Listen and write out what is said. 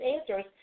answers